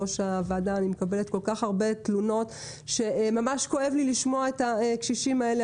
לפחות שיהיה מענה בשלוחה ייעודית, לקשישים.